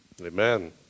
Amen